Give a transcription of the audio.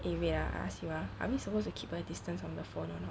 eh wait ah I ask you ah are we supposed to keep a distance from the phone